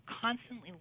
constantly